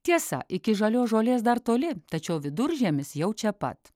tiesa iki žalios žolės dar toli tačiau viduržiemis jau čia pat